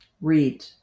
read